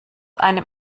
einem